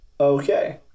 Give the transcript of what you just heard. Okay